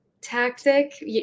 tactic